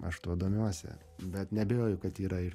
aš tuo domiuosi bet neabejoju kad yra ir